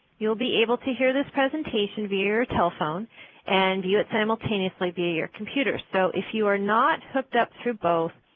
you'll be able to hear this presentation via your telephone and view it simultaneously via your computers, so if you are not hooked up through both,